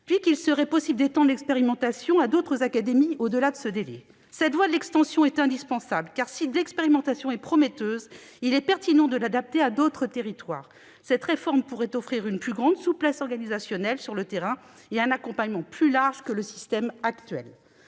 et qu'il serait possible d'étendre l'expérimentation à d'autres académies au-delà de ce délai. Cette voie de l'extension est indispensable, car, si l'expérimentation est prometteuse, il est pertinent de l'adapter à d'autres territoires : cette réforme pourrait offrir une plus grande souplesse organisationnelle sur le terrain et un accompagnement plus large que le système actuel.